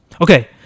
Okay